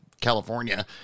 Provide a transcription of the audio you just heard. California